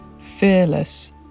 Fearless